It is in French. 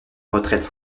retraite